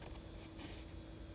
orh 他也是 work from home lah